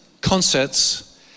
concerts